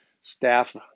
staff